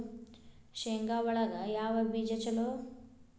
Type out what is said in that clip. ಶೇಂಗಾ ಒಳಗ ಯಾವ ಬೇಜ ಛಲೋ?